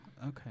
okay